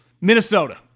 Minnesota